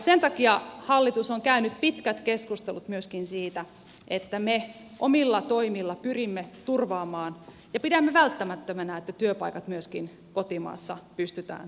sen takia hallitus on käynyt pitkät keskustelut myöskin siitä että me omilla toimilla pyrimme siihen ja pidämme välttämättömänä että työpaikat myöskin kotimaassa pystytään turvaamaan